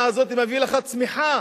העבודה הזאת מביאה לך צמיחה.